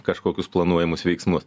kažkokius planuojamus veiksmus